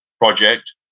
project